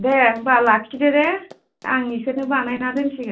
दे होमबा लाखिदो दे आं इसोरनो बानायना दोनसिगोन